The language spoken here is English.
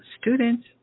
students